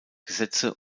gesetze